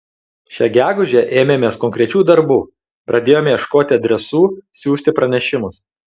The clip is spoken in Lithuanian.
šią gegužę ėmėmės konkrečių darbų pradėjome ieškoti adresų siųsti pranešimus